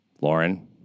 Lauren